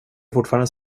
fortfarande